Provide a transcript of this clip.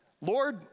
Lord